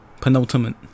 Penultimate